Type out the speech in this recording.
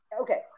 Okay